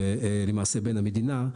למעשה בין המדינה,